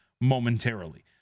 momentarily